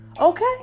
okay